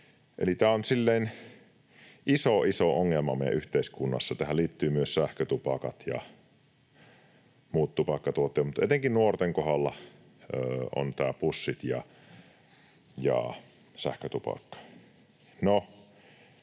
iso, iso ongelma meidän yhteiskunnassamme. Tähän liittyvät myös sähkötupakat ja muut tupakkatuotteet, mutta etenkin nuorten kohdalla ovat nämä pussit ja sähkötupakka.